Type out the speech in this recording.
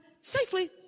safely